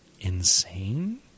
insane